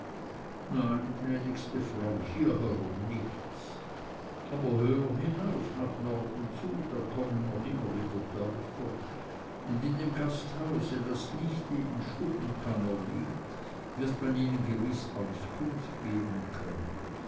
nein gnädigste frau hier herum nichts aber höher hinauf nach norden zu da kommen noch wieder dörfer und in dem gasthause das dicht neben stubbenkammer liegt wird man ihnen gewiß auskunft geben können